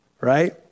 right